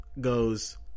goes